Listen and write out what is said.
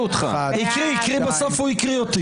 1,203 מי בעד?